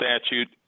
statute